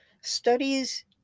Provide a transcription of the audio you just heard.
Studies